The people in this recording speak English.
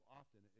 often